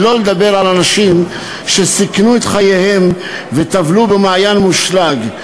שלא לדבר על אנשים שסיכנו את חייהם וטבלו במעיין מושלג,